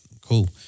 cool